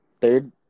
Third